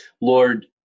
Lord